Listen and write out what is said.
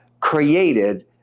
created